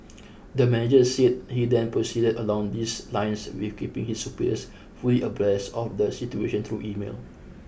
the manager said he then proceeded along these lines with keeping his superiors fully abreast of the situation through email